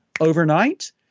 overnight